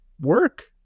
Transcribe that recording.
work